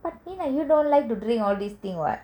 but then you don't like to drink all these things [what]